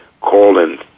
Call-In